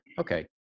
Okay